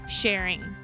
sharing